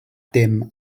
dim